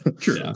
True